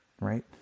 right